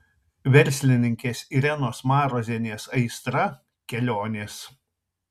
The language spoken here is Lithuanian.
verslininkės irenos marozienės aistra kelionės